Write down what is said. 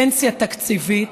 פנסיה תקציבית,